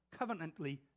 covenantly